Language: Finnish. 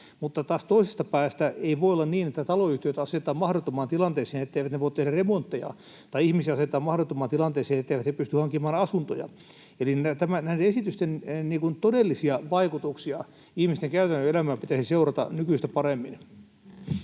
Mutta taas toisesta päästä ei voi olla niin, että taloyhtiöt asetetaan mahdottomaan tilanteeseen, etteivät ne voi tehdä remontteja, tai ihmisiä asetetaan mahdottomaan tilanteeseen, etteivät he pysty hankkimaan asuntoja. Eli näiden esitysten todellisia vaikutuksia ihmisten käytännön elämään pitäisi seurata nykyistä paremmin.